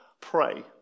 pray